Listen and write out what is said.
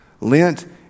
Lent